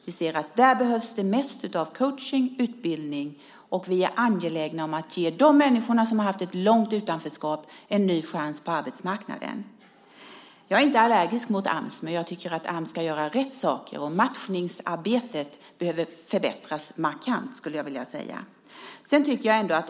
Vi ser att det där behövs mest av coachning och utbildning, och vi är angelägna om att ge dem som har haft ett långt utanförskap en ny chans på arbetsmarknaden. Jag är inte allergisk mot Ams, men jag tycker att Ams ska göra rätt saker. Matchningsarbetet behöver förbättras markant, skulle jag vilja säga.